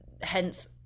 hence